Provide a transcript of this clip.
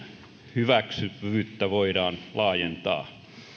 hyväksyttävyyttä voidaan laajentaa